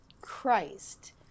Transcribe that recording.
Christ